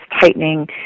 tightening